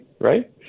right